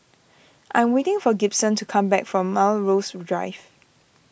I'm waiting for Gibson to come back from Melrose Drive